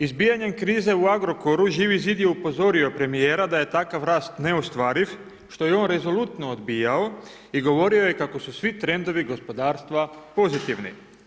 Izbijanjem krize u Agrokoru, Živi zid je upozorio premijera da je takav rast neostvariv, što je on rezolutno odbijao i govorio je kako su svi trendovi gospodarstva pozitivni.